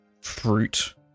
fruit